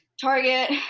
Target